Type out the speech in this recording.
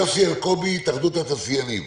יוסי אלקובי התאחדות התעשיינים,